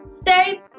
Stay